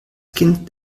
kind